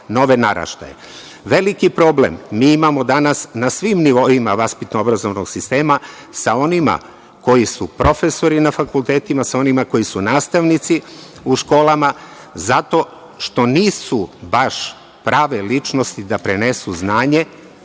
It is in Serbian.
problem mi imamo danas na svim nivoima vaspitno-obrazovnog sistema sa onima koji su profesori na fakultetima, sa onima koji su nastavnici u školama, zato što nisu baš prave ličnosti da prenesu znanje